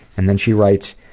and then she writes,